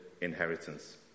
inheritance